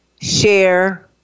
share